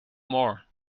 more